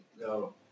No